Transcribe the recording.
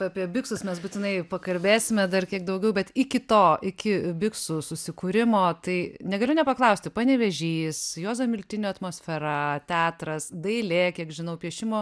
apie biksus mes būtinai pakalbėsime dar kiek daugiau bet iki to iki biksų susikūrimo tai negaliu nepaklausti panevėžys juozo miltinio atmosfera teatras dailė kiek žinau piešimo